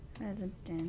resident